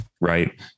right